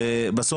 ובסוף,